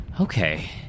Okay